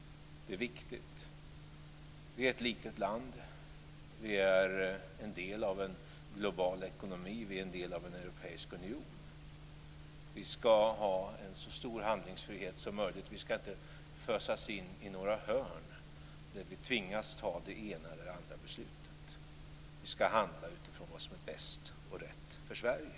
Detta är viktigt. Vi är ett litet land. Vi är en del av en global ekonomi och vi är en del av en europeisk union. Vi ska ha så stor handlingsfrihet som möjligt. Vi ska inte fösas in i några hörn där vi tvingas ta det ena eller det andra beslutet. Vi ska handla utifrån vad som är bäst och rätt för Sverige.